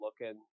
looking